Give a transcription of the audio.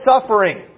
suffering